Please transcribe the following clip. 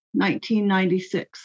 1996